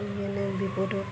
মানে বিপদত